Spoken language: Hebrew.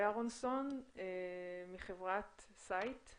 אהרונסון מחברת סייט.